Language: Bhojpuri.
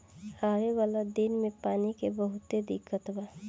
आवे वाला दिन मे पानी के बहुते दिक्कत बा